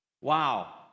Wow